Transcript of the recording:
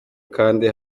kandi